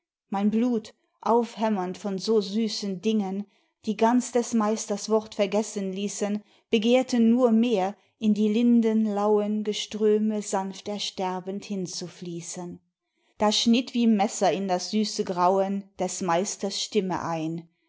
mein blut aufhämmernd von so süßen dingen die ganz des meisters wort vergessen ließen begehrte nur mehr in die linden lauen geströme sanft ersterbend hinzufließen da schnitt wie messer in das süße grauen des meisters stimme ein